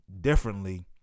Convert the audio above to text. differently